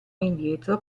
indietro